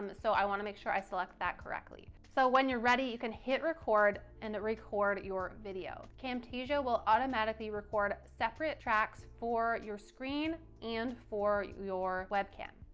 and so i want to make sure i select that correctly. so when you're ready you can hit record and record your video. camtasia will automatically record separate tracks for your screen and for your webcam.